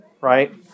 right